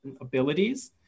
abilities